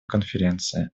конференции